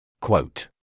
Quote